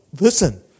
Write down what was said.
listen